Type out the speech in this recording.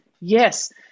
Yes